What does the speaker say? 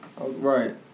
Right